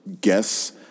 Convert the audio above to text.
guess